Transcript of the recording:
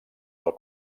del